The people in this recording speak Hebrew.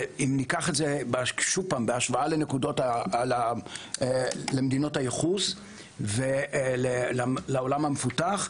אם ניקח את זה שוב בהשוואה למדינות הייחוס ולעולם המפותח,